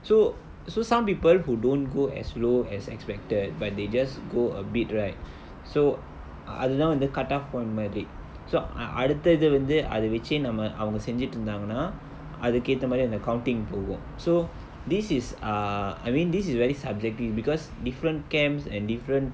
so so some people who don't go as low as expected but they just go a bit right so அதுதா வந்து:athuthaa vanthu cutoff போனமாரி:ponamaari so ah அடுத்த இது வந்து அத வச்சி நம்ம அவங்க செஞ்சிட்டு இருந்தாங்கனா அதுக்கேத்த மாரி அந்த:adutha ithu vanthu atha vachi namma avanga senjittu irunthaanganaa athukkaetha maari antha counting போகும்:pogum so this is err I mean this is very subjective because different camps and different